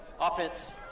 Offense